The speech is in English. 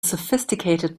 sophisticated